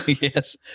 Yes